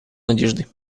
надежды